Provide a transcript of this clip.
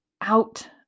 out